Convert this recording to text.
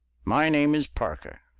my name is parker!